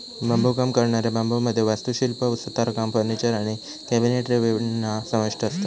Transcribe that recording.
बांबुकाम करणाऱ्या बांबुमध्ये वास्तुशिल्प, सुतारकाम, फर्निचर आणि कॅबिनेटरी विणणा समाविष्ठ असता